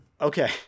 okay